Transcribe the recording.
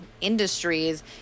industries